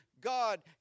God